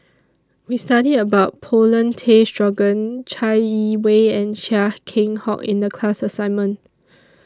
We studied about Paulin Tay Straughan Chai Yee Wei and Chia Keng Hock in The class assignment